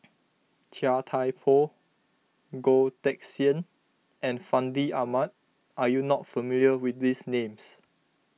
Chia Thye Poh Goh Teck Sian and Fandi Ahmad are you not familiar with these names